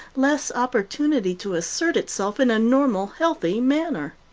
less opportunity to assert itself in a normal, healthy manner.